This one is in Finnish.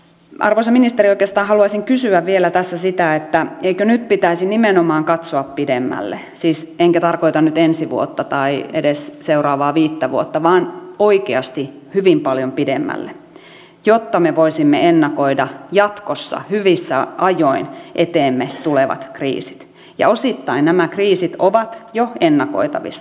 arvoisa ministeri oikeastaan haluaisin kysyä vielä tässä sitä eikö nyt pitäisi nimenomaan katsoa pidemmälle enkä siis tarkoita nyt ensi vuotta tai edes seuraavaa viittä vuotta vaan oikeasti hyvin paljon pidemmälle jotta me voisimme ennakoida jatkossa hyvissä ajoin eteemme tulevat kriisit ja osittain nämä kriisit ovat jo ennakoitavissa